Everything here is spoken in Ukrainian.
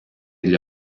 для